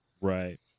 Right